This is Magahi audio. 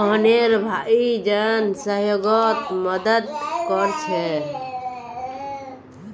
मोहनेर भाई जन सह्योगोत मदद कोरछे